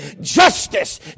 justice